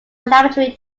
laboratory